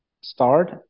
start